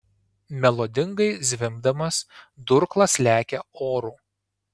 melodingai zvimbdamas durklas lekia oru